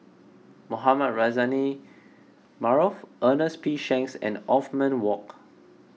Mohamed Rozani Maarof Ernest P Shanks and Othman Wok